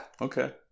Okay